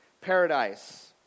paradise